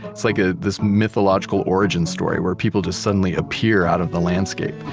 it's like ah this mythological origin story where people just suddenly appear out of the landscape.